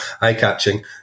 eye-catching